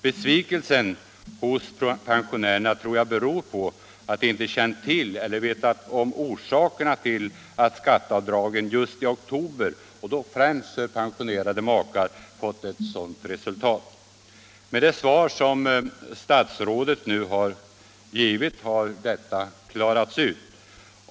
Besvikelsen hos pensionärerna tror jag beror på att de inte känt till orsakerna till att skatteavdragen just i oktober — och då främst för penpensionerade makar — fått ett sådant resultat. Med det svar som statsrådet nu givit har detta klarats ut.